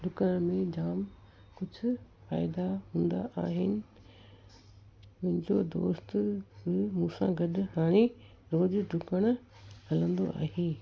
डुकण में जाम कुझु फ़ाइदा हूंदा आहिनि मुंहिंजो दोस्त बि मूंसां गॾु हाणे डुकण हलंदो आहे